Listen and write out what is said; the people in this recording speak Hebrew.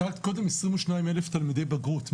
הזכרת קודם 22,000 תלמידי בגרות,